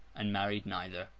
and married neither.